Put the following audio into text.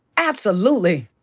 absolutely.